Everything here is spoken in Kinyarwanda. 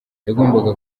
yagombaga